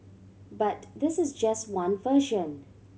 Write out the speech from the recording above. but this is just one version